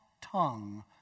tongue